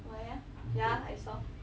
why ah ya I saw